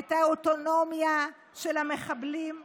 את האוטונומיה של המחבלים בכלא,